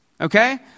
okay